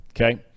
okay